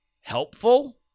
helpful